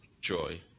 joy